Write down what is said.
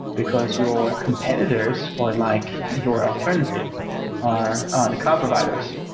because your competitors or like your alternatives are the cloud providers.